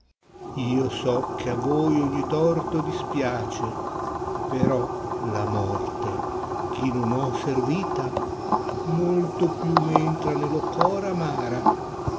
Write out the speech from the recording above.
io so che a voi ogni torto dispiace però la morte eh i non ho servita molto più m entra nello cor amara